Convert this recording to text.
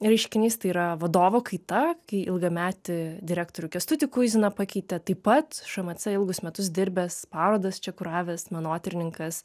reiškinys tai yra vadovo kaita kai ilgametį direktorių kęstutį kuiziną pakeitė taip pat šmc ilgus metus dirbęs parodas čia kuravęs menotyrininkas